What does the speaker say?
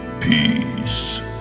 peace